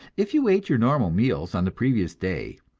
if you ate your normal meals on the previous day,